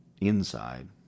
inside